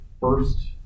first